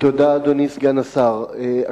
אדוני סגן השר, תודה.